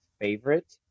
favorite